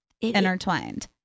intertwined